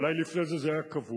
אולי לפני זה זה היה קבוע,